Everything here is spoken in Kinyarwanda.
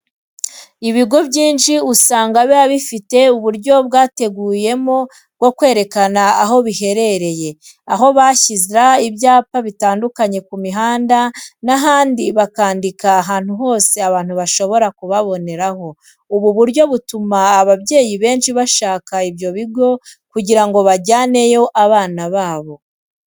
Ibigo byinshi usanga biba bifite uburyo bwateguyemo bwo kwerekana aho biherereye, aho bashyira ibyapa bitandukanye ku mihanda n'ahandi bakandikaho ahantu hose abantu bashobora kubaboneraho. Ubu buryo butuma ababyeyi benshi bashaka ibyo bigo kugira ngo bajyaneyo abana babo.